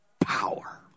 power